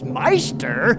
meister